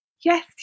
yes